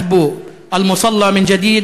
סדרו את מקום התפילה מחדש.